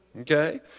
Okay